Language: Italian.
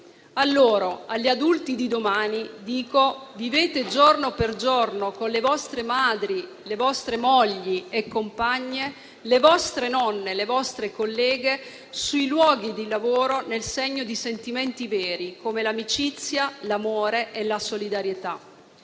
A loro, agli adulti di domani dico: vivete giorno per giorno con le vostre madri, con le vostre mogli e compagne, con le vostre nonne, con le vostre colleghe sui luoghi di lavoro nel segno di sentimenti veri come l'amicizia, l'amore e la solidarietà.